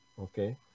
okay